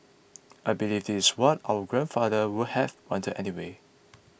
I believe this is what our grandfather would have wanted anyway